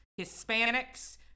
hispanics